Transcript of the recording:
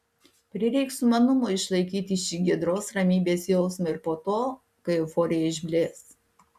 prireiks sumanumo išlaikyti šį giedros ramybės jausmą ir po to kai euforija išblės